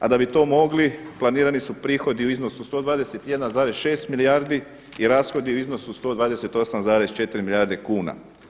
A da bi to mogli planirani su prihodi u iznosu od 121,6 milijardi i rashodi u iznosu 128,4 milijarde kuna.